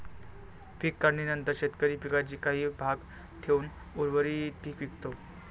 पीक काढणीनंतर शेतकरी पिकाचा काही भाग ठेवून उर्वरित पीक विकतो